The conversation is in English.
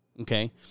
Okay